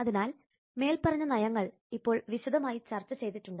അതിനാൽ മേൽപ്പറഞ്ഞ നയങ്ങൾ ഇപ്പോൾ വിശദമായി ചർച്ചചെയ്തിട്ടുണ്ട്